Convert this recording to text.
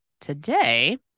today